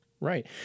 Right